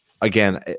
again